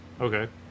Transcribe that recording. Okay